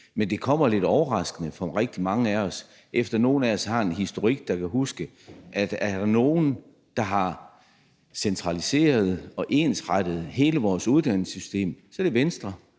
men det kommer lidt overraskende for rigtig mange af os, eftersom nogle af os kender historikken og kan huske, at er der nogen, der har centraliseret og ensrettet hele vores uddannelsessystem, så er det Venstre;